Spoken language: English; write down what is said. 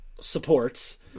supports